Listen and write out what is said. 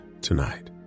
tonight